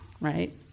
right